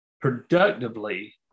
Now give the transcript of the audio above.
productively